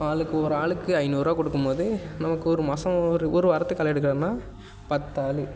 ஆளுக்கு ஒரு ஆளுக்கு ஐநூறுரூவா கொடுக்கும் போது நமக்கு ஒரு மாதம் ஒரு ஒரு வாரத்துக்கு களை எடுக்கிறோம்னா பத்தாள்